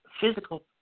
physical